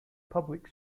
public